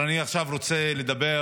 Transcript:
עכשיו אני רוצה לדבר